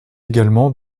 également